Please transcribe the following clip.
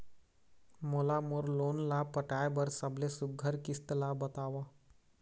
मोला मोर लोन ला पटाए बर सबले सुघ्घर किस्त ला बताव?